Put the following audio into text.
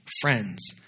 friends